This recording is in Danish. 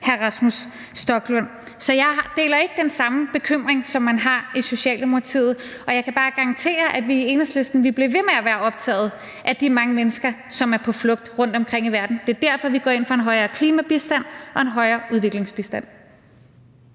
hr. Rasmus Stoklund. Så jeg deler ikke den bekymring, som man har i Socialdemokratiet, og jeg kan bare garantere, at vi i Enhedslisten vil blive ved med at være optaget af de mange mennesker, som er på flugt rundtomkring i verden. Det er derfor, vi går ind for en højere klimabistand og en højere udviklingsbistand.